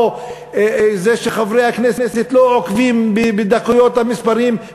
או את זה שחברי הכנסת לא עוקבים בדקויות המספרים,